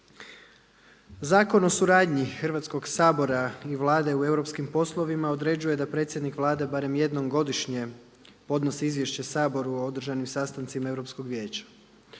Zakon o suradnji Hrvatskoga sabora i Vlade u Europskim poslovima određuje da predsjednik Vlade barem jednom godišnje podnosi izvješće Saboru o održanim sastancima Europskog vijeća.